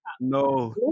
No